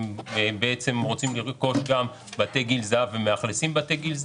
אנחנו רוצים לרכוש גם בתי גיל זהב ומאכלסים בתי גיל זהב.